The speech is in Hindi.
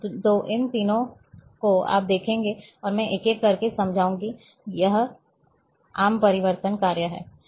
तो इन तीनों को आप देखेंगे और मैं एक एक करके समझाऊंगा यह एक आम परिवर्तन कार्य है